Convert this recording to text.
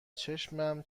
چشمم